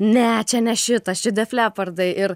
ne čia ne šitas čia de flepardai ir